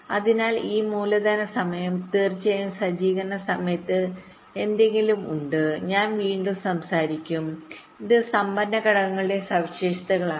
അതിനാൽ ഈ മൂലധന സമയം T തീർച്ചയായും സജ്ജീകരണ സമയത്ത് എന്തെങ്കിലും ഉണ്ട് ഞാൻ പിന്നീട് സംസാരിക്കും ഇത് സംഭരണ ഘടകങ്ങളുടെ സവിശേഷതകളാണ്